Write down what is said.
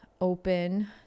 Open